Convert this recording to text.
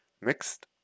Mixed